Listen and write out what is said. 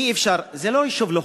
זה לא יישוב לא-חוקי.